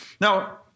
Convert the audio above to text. Now